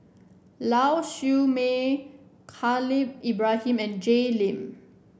Lau Siew Mei Khalil Ibrahim and Jay Lim